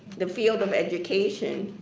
the field of education,